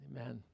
Amen